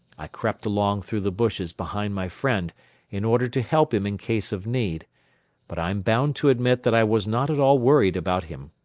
i crept along through the bushes behind my friend in order to help him in case of need but i am bound to admit that i was not at all worried about him.